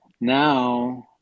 Now